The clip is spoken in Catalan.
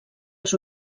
els